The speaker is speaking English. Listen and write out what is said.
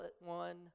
one